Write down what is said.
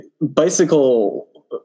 Bicycle